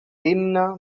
digne